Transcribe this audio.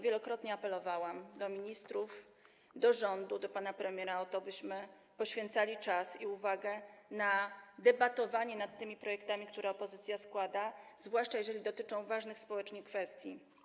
Wielokrotnie apelowałam do ministrów, do rządu, do pana premiera o to, abyśmy poświęcali czas i uwagę na debatowanie nad tymi projektami, które składa opozycja, zwłaszcza jeżeli dotyczą ważnych społecznie kwestii.